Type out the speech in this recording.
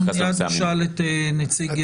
נשאל את נציג האוצר.